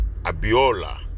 Abiola